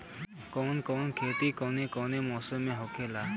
कवन कवन खेती कउने कउने मौसम में होखेला?